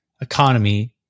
economy